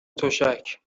تشک